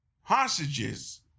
hostages